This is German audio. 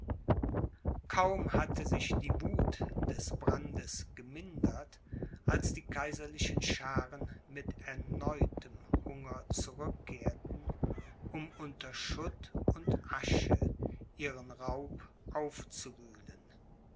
kaum hatte sich die wuth des brandes gemindert als die kaiserlichen schaaren mit erneuertem hunger zurückkehrten um unter schutt und asche ihren raub aufzuwühlen